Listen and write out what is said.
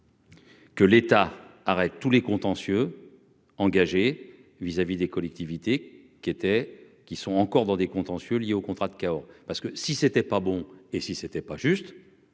Que l'état arrête tous les contentieux engagé vis-à-vis des collectivités qui étaient, qui sont encore dans des contentieux liés au contrat de Cahors, parce que si c'était pas bon, et si c'était pas juste.